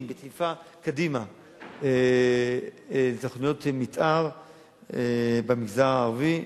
בדחיפה קדימה של תוכניות מיתאר במגזר הערבי,